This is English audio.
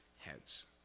heads